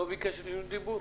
מאוד בהרחבה.